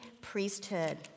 priesthood